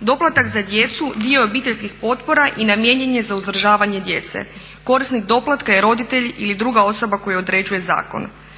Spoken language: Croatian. Doplatak za djecu dio je obiteljskih potpora i namijenjen je za uzdržavanje djece. Korisnik doplatka je roditelj ili druga osoba koju određuje zakon.